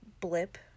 blip